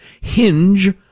Hinge